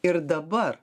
ir dabar